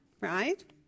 right